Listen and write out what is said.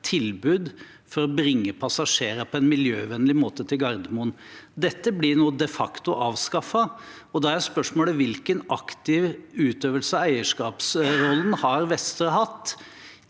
tilbud for å bringe passasjerer på en miljøvennlig måte til Gardermoen. Dette blir nå de facto avskaffet, og da er spørsmålet: Hvilken aktiv utøvelse av eierskapsrollen har Vestre hatt,